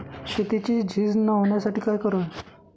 शेतीची झीज न होण्यासाठी काय करावे?